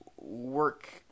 work